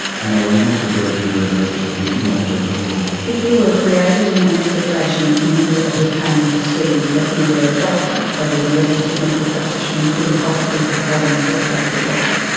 and i would not be breaking any regulations, i would not be breaking the law. if you were creating an expectation in the people who came to see you that you were a doctor, that is a registered medical practitioner, you could be prosecuted for holding yourself out as a doctor.